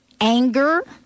anger